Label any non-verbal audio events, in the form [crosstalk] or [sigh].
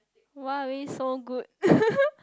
why are we so good [laughs]